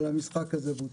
המשחק הזה בוטל.